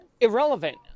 irrelevant